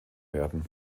werden